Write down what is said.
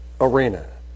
arena